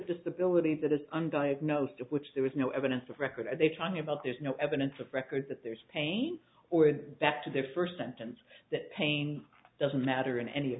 disability that is undiagnosed of which there is no evidence of record are they talking about there's no evidence of records that there's pain or back to their first sentence that pain doesn't matter